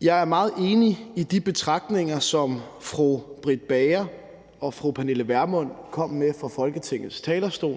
Jeg er meget enig i de betragtninger, som fru Britt Bager og fru Pernille Vermund kom med fra Folketingets talerstol,